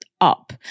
up